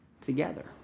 together